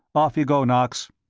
off you go, knox.